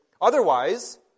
Otherwise